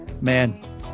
Man